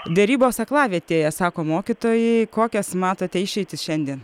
derybos aklavietėje sako mokytojai kokias matote išeitis šiandien